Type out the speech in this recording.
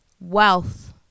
wealth